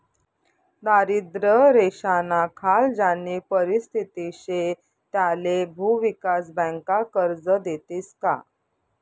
दारिद्र्य रेषानाखाल ज्यानी परिस्थिती शे त्याले भुविकास बँका कर्ज देतीस का?